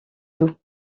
doux